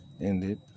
ended